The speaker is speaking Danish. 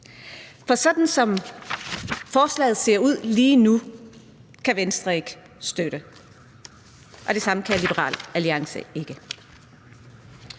For sådan som forslaget ser ud lige nu, kan Venstre ikke støtte det, og det samme kan Liberal Alliance ikke.